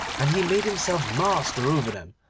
and he made himself master over them,